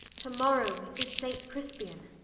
to morrow is saint crispian.